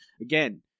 again